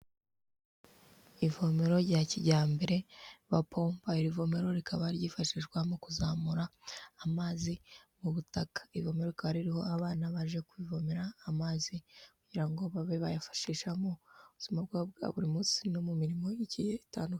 Ivomero rya kijyambere bapompa, iri vomero rikaba ryifashishwa mu kuzamura amazi mu butaka, ivomero rikaba ririho abana baje kwivomera amazi, kugira ngo babe bayifashisha mu buzima bwabo bwa buri munsi no mu mirimo igiye itandukanye.